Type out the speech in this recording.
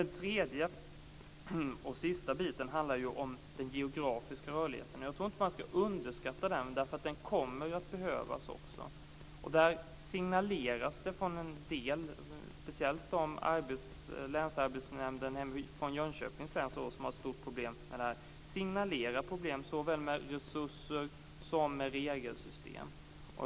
Den tredje och sista biten handlar om den geografiska rörligheten. Jag tror inte att man ska underskatta den. Den kommer också att behövas. Från en del håll, speciellt länsarbetsnämnden hemma i Jönköpings län som har stora svårigheter med det här, signaleras det om problem med såväl resurser som regelsystem.